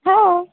हो